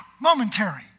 momentary